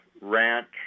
ranch